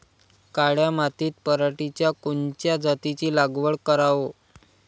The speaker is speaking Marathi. काळ्या मातीत पराटीच्या कोनच्या जातीची लागवड कराव?